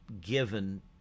given